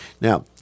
Now